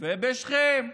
ובשכם ובג'נין,